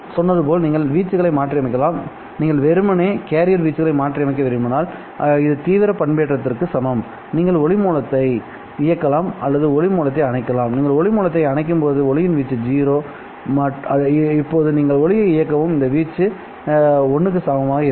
நான் சொன்னது போல் நீங்கள் வீச்சுகளை மாற்றியமைக்கலாம் நீங்கள் வெறுமனே கேரியர் வீச்சுகளை மாற்றியமைக்க விரும்பினால் இது தீவிரம் பண்பேற்றத்திற்கு சமம் நீங்கள் ஒளி மூலத்தை இயக்கலாம் அல்லது ஒளி மூலத்தை அணைக்கலாம் நீங்கள் ஒளி மூலத்தை அணைக்கும்போது ஒளியின் வீச்சு 0 இப்போது நீங்கள் ஒளியை இயக்கவும் இந்த வீச்சு 1 க்கு சமமாக இருக்கும்